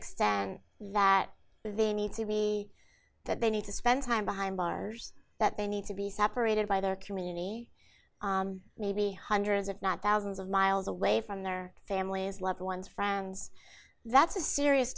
extent that they need to be that they need to spend time behind bars that they need to be separated by their community maybe hundreds if not thousands of miles away from their families loved ones friends that's a serious